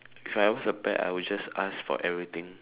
if I was a pet I will just ask for everything